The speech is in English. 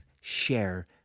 share